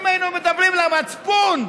אם היינו מדברים למצפון,